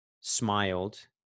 smiled